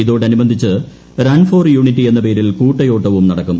ഇതിനോടനുബന്ധിച്ച് run for unity എന്നപേരിൽ കൂട്ടയോട്ടവും നടക്കും